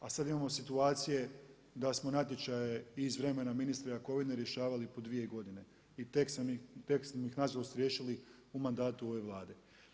A sada imamo situacije da smo natječaje iz vremena ministra Jakovine rješavali po 2 godine i tek smo ih nažalost riješili u mandatu ove Vlade.